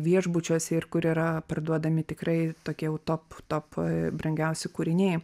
viešbučiuose ir kur yra parduodami tikrai tokie jau top top brangiausi kūriniai